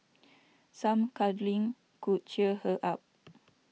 some cuddling could cheer her up